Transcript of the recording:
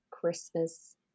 Christmas